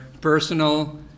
personal